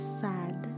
sad